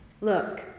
Look